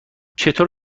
چطور